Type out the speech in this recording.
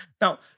Now